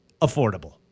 affordable